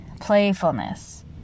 playfulness